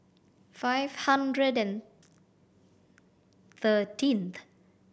five hundred and thirteenth